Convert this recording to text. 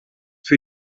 für